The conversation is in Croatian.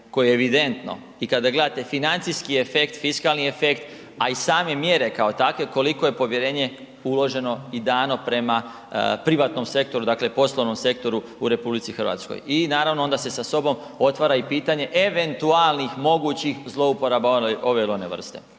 koje je evidentno i kada gledate financijski efekt, fiskalni efekt, a i same mjere kao takve koliko je povjerenje uloženo i dano prema privatnom sektoru, dakle poslovnom sektoru u RH. I naravno onda se sa sobom otvara i pitanje eventualnih mogućih zlouporaba ove ili one vrste.